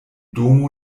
domo